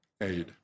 aid